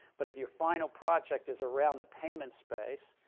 but if your final project is around the payment space,